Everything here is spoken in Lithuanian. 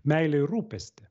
meilę ir rūpestį